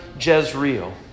Jezreel